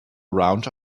around